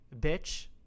bitch